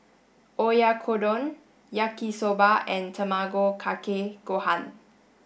Oyakodon Yaki Soba and Tamago Kake Gohan